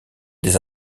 des